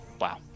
Wow